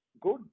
good